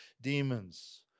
demons